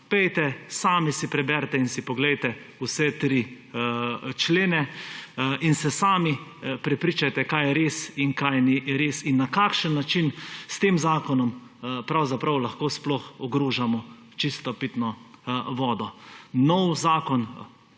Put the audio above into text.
strani. Sami si preberite in si poglejte vse tri člene in se sami prepričajte, kaj je res in kaj ni res in na kakšen način s tem zakonom pravzaprav lahko sploh ogrožamo čisto pitno vodo. Novi zakon